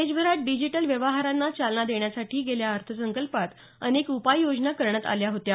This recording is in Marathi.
देशभरात डिजिटल व्यवहारांना चालना देण्यासाठी गेल्या अर्थसंकल्पात अनेक उपाययोजना करण्यात आल्या होत्या